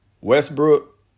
Westbrook